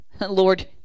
Lord